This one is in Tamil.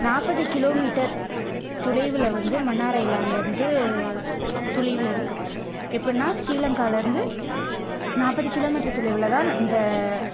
நாற்பது கிலோ மீட்டர் தொலைவுல வந்து மன்னார் ஐலண்டில் இருந்து தொலைவுல இருக்குது எப்படினா ஸ்ரீலங்காவில் இருந்து நாற்பது கிலோ மீட்டர் தொலைவுல தான் இந்த